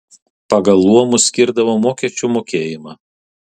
pagal luomus skirdavo mokesčių mokėjimą